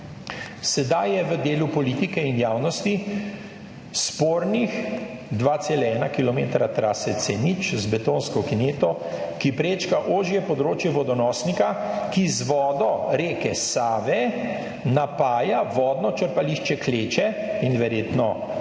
Sedaj je v delu politike in javnosti spornih 2,1 kilometra trase C0 z betonsko kineto, ki prečka ožje področje vodonosnika, ki z vodo reke Save napaja vodno črpališče Kleče in verjetno Šentvid